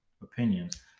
opinions